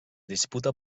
disputa